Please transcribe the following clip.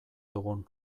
dugun